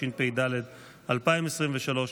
התשפ"ד 2023,